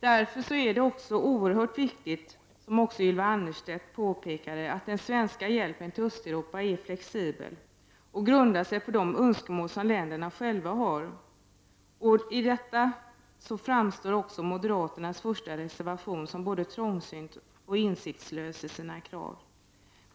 Som också Ylva Annerstedt påpekade är det därför oerhört viktigt att den svenska hjälpen till Östeuropa är flexibel och grundar sig på de önskemål som länderna själva har. I detta sammanhang framstår moderaternas första reservation som både trångsynt och insiktslös i sina krav.